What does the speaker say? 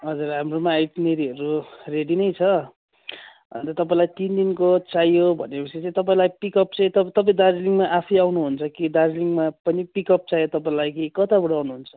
हजुर हाम्रोमा आइटिनेरीहरू रेडी नै छ अन्त तपाईँलाई तिन दिनको चाहियो भनेपछि चाहिँ तपाईँलाई पिकअप चाहिँ तप तपाईँ दार्जिलिङमा आफै आउनुहुन्छ कि दार्जिलिङमा पनि पिकअप चाहियो तपाईँलाई कि कताबाट आउनुहुन्छ